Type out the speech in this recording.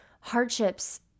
hardships